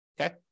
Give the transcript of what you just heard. Okay